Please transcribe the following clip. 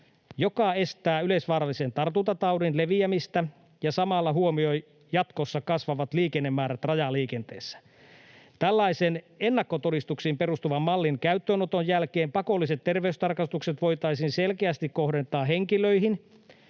joka estää yleisvaarallisen tartuntataudin leviämistä ja samalla huomioi jatkossa kasvavat liikennemäärät rajaliikenteessä. Tällaisen ennakkotodistuksiin perustuvan mallin käyttöönoton jälkeen pakolliset terveystarkastukset voitaisiin selkeästi kohdentaa henkilöihin,